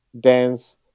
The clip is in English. dance